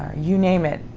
you name it.